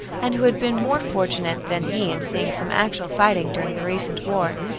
and who had been more fortunate than he in seeing some actual fighting during the recent war.